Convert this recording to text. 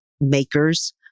makers